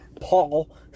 Paul